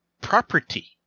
property